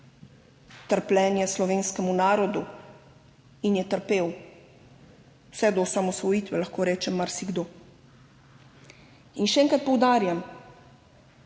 trpljenje slovenskemu narodu in je trpel vse do osamosvojitve, lahko rečem, marsikdo. In še enkrat poudarjam,